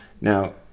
Now